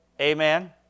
Amen